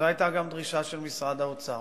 זו היתה גם דרישה של משרד האוצר.